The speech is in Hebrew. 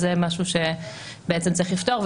אז זה משהו שצריך בעצם לפתור,